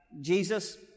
Jesus